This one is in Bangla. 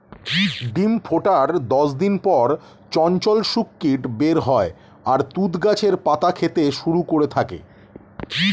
ডিম ফোটার দশ দিন পর চঞ্চল শূককীট বের হয় আর তুঁত গাছের পাতা খেতে শুরু করে থাকে